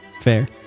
Fair